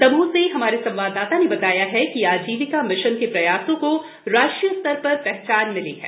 दमोह से हमारे संवाददाता ने बताया है कि आजीविका मिशन के प्रयासों को राष्ट्रीय स्तर पर पहचान मिली है